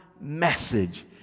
message